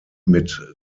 mit